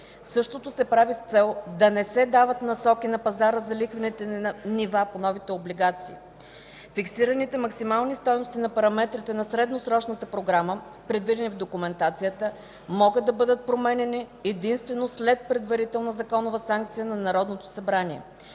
Същото се прави с цел да не се дават насоки на пазара за лихвените нива по новите облигации. Фиксираните максимални стойности на параметрите на средносрочната програма, предвидени в документацията, могат да бъдат променяни единствено след предварителна законова санкция на Народното събрание.